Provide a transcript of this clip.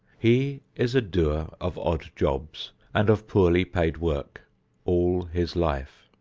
he is a doer of odd jobs and of poorly paid work all his life.